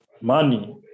money